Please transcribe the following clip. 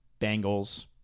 Bengals